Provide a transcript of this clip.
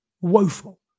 woeful